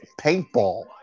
paintball